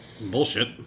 Bullshit